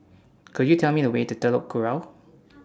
Could YOU Tell Me The Way to Telok Kurau